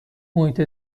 محیط